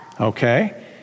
okay